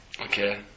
Okay